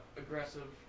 aggressive